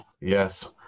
Yes